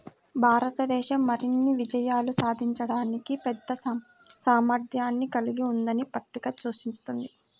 భారతదేశం మరిన్ని విజయాలు సాధించడానికి పెద్ద సామర్థ్యాన్ని కలిగి ఉందని పట్టిక సూచిస్తుంది